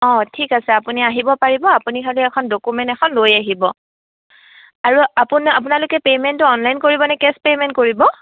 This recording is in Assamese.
অঁ ঠিক আছে আপুনি আহিব পাৰিব আপুনি খালী এখন ডকুমেন্ট এখন লৈ আহিব আৰু আপুনি আপোনালোকে পে'মেন্টটো অনলাইন কৰিব নে কেছ পে'মেন্ট কৰিব